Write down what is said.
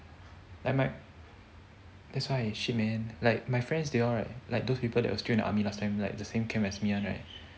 ya might that's why shit man like my friends they all right like those people that was still in the army last time right like the same camp as me one right